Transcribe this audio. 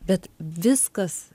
bet viskas